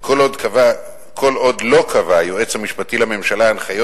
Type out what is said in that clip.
כל עוד לא קבע היועץ המשפטי לממשלה הנחיות